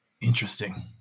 Interesting